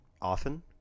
often